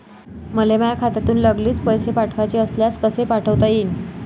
मले माह्या खात्यातून लागलीच पैसे पाठवाचे असल्यास कसे पाठोता यीन?